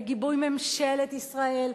בגיבוי ממשלת ישראל,